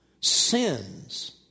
sins